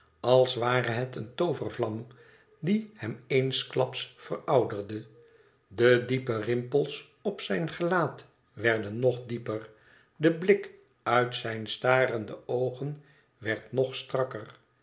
als ware het eenetoovervlam die hem eensklaps verouderde de diepe rimpels op zijn gelaat werden nog dieper de blik uit zijne starende oogen werd nog strakker